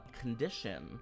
condition